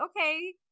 okay